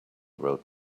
wrote